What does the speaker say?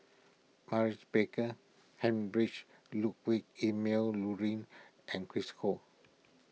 Maurice Baker Heinrich Ludwig Emil Luering and Chris Ho